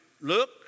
look